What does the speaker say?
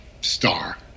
star